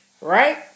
Right